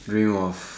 dream of